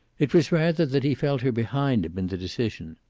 it was rather that he felt her behind him in the decision.